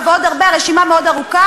עכו, אולגה ועוד הרבה, הרשימה מאוד ארוכה,